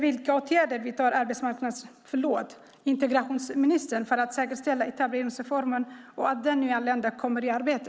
Vilka åtgärder vidtar integrationsministern för att säkerställa etableringsformen och att den nyanlända kommer i arbete?